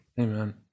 amen